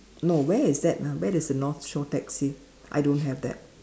no where is that ah where does the north shore taxi I don't have that